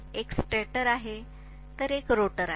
एक स्टेटर आहे तर दुसरा रोटर आहे